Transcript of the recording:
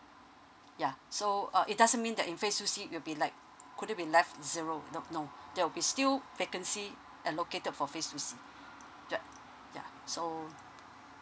yeah so uh it doesn't mean that in phase two C it will be like couldn't be left zero no no there will be still vacancy allocated for phase two C yeah right so